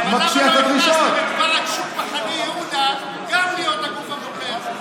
אבל למה לא הכנסתם את ועד שוק מחנה יהודה גם להיות הגוף הבוחר?